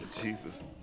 Jesus